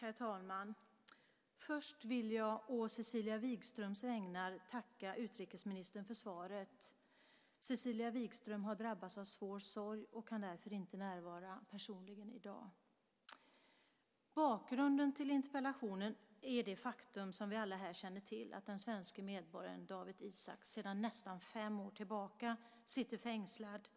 Herr talman! Först vill jag å Cecilia Wigströms vägnar tacka utrikesministern för svaret. Cecilia Wigström har drabbats av svår sorg och kan därför inte närvara personligen i dag. Bakgrunden till interpellationen är det faktum, som vi alla här känner till, att den svenske medborgaren Dawit Isaak sedan nästan fem år tillbaka sitter fängslad.